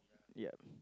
ya